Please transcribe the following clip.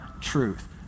truth